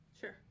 Sure